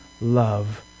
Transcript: love